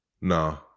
no